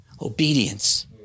Obedience